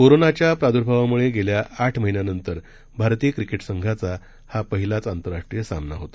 कोरोनाच्या प्राद्भावामुळे गेल्या आठ महिन्यांनंतर भारतीय क्रिकेट संघाचा हा पहिलाच आतंरराष्ट्रीय सामना होता